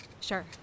Sure